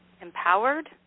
empowered